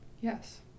yes